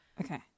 Okay